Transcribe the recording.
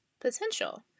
potential